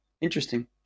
interesting